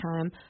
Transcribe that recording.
time